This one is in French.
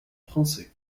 français